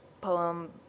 poem